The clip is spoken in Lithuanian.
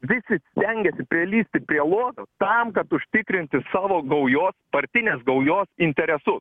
visi stengiasi prilįsti prie lovio tam kad užtikrinti savo gaujos partinės gaujos interesus